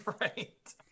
Right